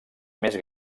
més